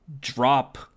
drop